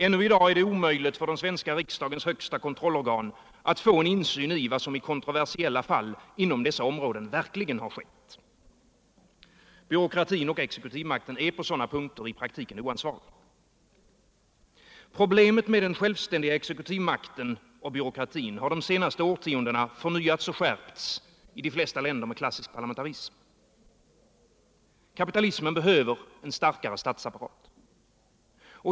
Ännu i dag är det omöjligt för den svenska riksdagens högsta kontrollorgan att få insyn i vad som i kontroversiella fall inom dessa områden verkligen har skett. Byråkratin och exekutivmakten är på sådana punkter i praktiken oansvariga. Problemet med den självständiga exekutivmakten och byråkratin har under de senaste årtiondena förnyats och skärpts i de flesta länder med klassisk parlamentarism. Kapitalismen behöver en starkare statsapparat.